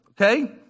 Okay